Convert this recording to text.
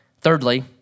Thirdly